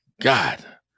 God